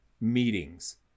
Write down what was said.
meetings